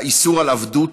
האיסור על עבדות,